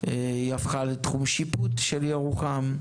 היא הפכה בסוף לתחום שיפוט של ירוחם.